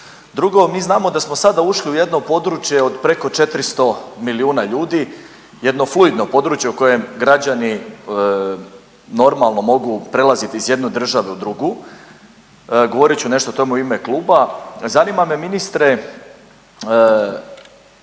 Drugo, mi znamo da smo sada ušli u jedno područje od preko 400 miliona ljudi, jedno fluidno područje u kojem građani normalno mogu prelaziti iz jedne države u drugu, govorit ću nešto o tome u ime kluba. Zanima me ministre